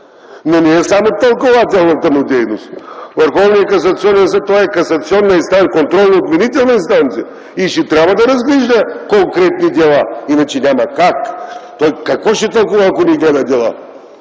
но не е само тълкувателната му дейност. Върховният касационен съд е касационна и контролно-отменителна инстанция и ще трябва да разглежда конкретни дела, иначе няма как. Той какво ще тълкува, ако не гледа дела?